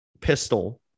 pistol